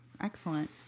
Excellent